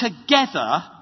together